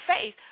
faith